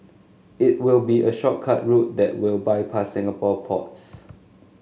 it will be a shortcut route that will bypass Singapore ports